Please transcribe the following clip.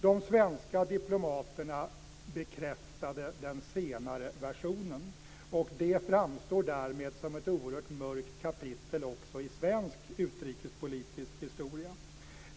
De svenska diplomaterna bekräftade den senare versionen, och detta framstår därmed som ett oerhört mörkt kapitel också i svensk utrikespolitisk historia.